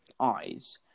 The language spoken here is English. eyes